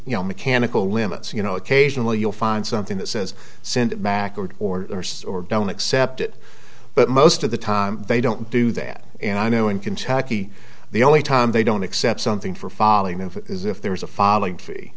you know mechanical limits you know occasionally you'll find something that says send backward or or so or don't accept it but most of the time they don't do that and i know in kentucky the only time they don't accept something for falling in is if there is a falling